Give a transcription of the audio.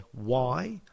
Why